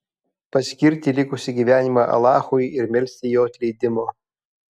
paskirti likusį gyvenimą alachui ir melsti jo atleidimo